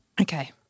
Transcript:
Okay